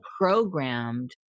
programmed